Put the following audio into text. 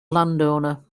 landowner